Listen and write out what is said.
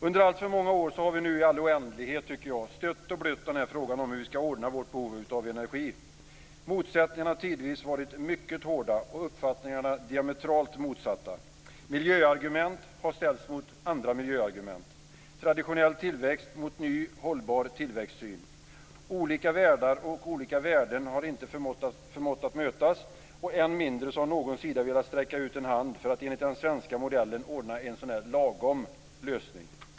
Under alltför många år har vi nu i all oändlighet stött och blött frågan om hur vi skall ordna vårt behov av energi. Motsättningarna har tidvis varit mycket hårda och uppfattningarna diametralt motsatta. Miljöargument har ställts mot andra miljöargument, traditionell tillväxt mot ny hållbar tillväxtsyn. Olika världar och olika värden har inte förmått att mötas. Än mindre har någon sida velat sträcka ut en hand för att enligt den svenska modellen ordna en lagom lösning.